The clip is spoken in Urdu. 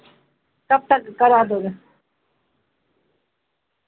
کب تک کرا دو گے